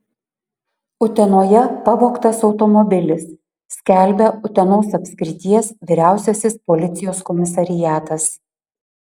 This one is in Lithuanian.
utenoje pavogtas automobilis skelbia utenos apskrities vyriausiasis policijos komisariatas